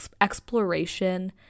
exploration